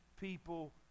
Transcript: people